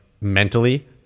mentally